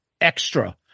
extra